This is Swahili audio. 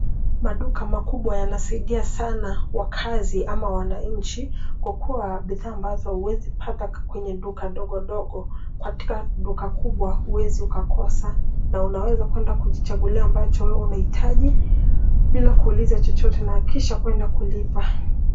Maduka makubwa yanasaidia sana wakazi ama wananchi kwa kuwa bidhaa ambazo hauwezi pata kwenye duka dogodogo katika duka kubwa hauwezi ukakosa na unaweza kuenda kujichagulia ambacho wewe unahitaji bila kuuliza chochote na kisha kuenda kulipa.